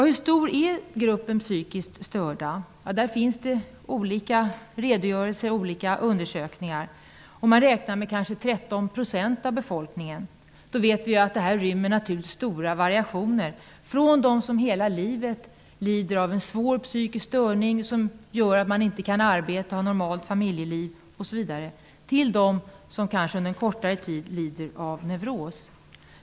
Hur stor är gruppen psykiskt störda? Det finns olika redogörelser och undersökningar. Men man räknar med att det är cirka 13 % av befolkningen, och då vet vi att det inrymmer stora variationer, från dem som hela livet lider av en svår psykisk störning som gör att de inte kan arbeta och ha normalt familjeliv osv. till dem som kanske under en kortare tid lider av neuros.